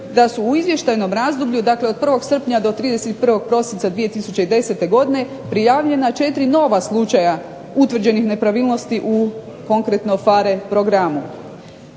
da su u izvještajnom razdoblju od 1. srpnja do 31. prosinca 2010. godine prijavljena 4 nova slučaja utvrđenih nepravilnosti u konkretno PHARE programu.